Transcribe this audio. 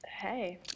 hey